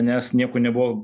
nes niekuo nebuvo